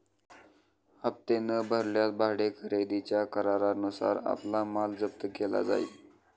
हप्ते न भरल्यास भाडे खरेदीच्या करारानुसार आपला माल जप्त केला जाईल